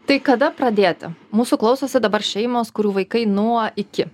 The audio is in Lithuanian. tai kada pradėti mūsų klausosi dabar šeimos kurių vaikai nuo iki